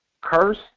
curse